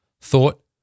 thought